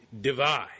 divide